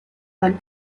that